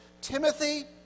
Timothy